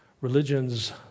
religion's